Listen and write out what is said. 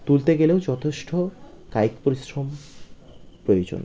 তুলতে গেলেও যথেষ্ঠ কায়িক পরিশ্রম প্রয়োজন